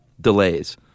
delays